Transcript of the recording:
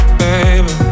baby